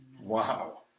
Wow